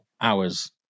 hours